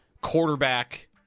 quarterback